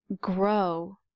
grow